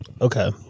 Okay